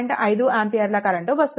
5 ఆంపియర్ల కరెంట్ వస్తుంది